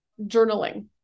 journaling